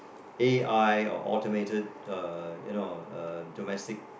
A_I or automated uh you know uh domestic